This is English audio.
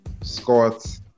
Scott